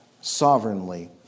sovereignly